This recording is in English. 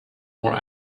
more